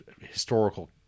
historical